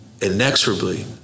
inexorably